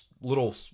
little